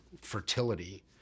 fertility